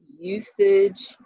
usage